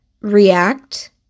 react